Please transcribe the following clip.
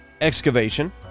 Excavation